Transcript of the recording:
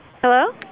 Hello